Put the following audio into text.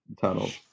tunnels